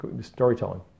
storytelling